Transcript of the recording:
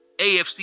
AFC